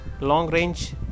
long-range